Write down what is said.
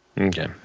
Okay